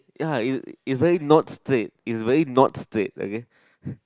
ya it it's very not straight is very not straight okay